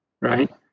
right